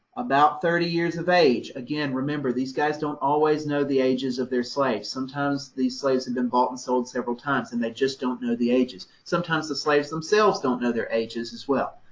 about thirty years of age. again remember, these guys don't always know the ages of their slaves. sometimes these slaves have and been bought and sold several times and they just don't know the ages. sometimes the slaves themselves don't know their ages as well.